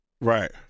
Right